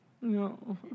No